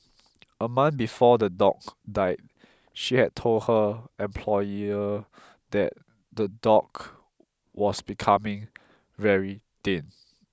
a month before the dog died she had told her employer that the dog was becoming very thin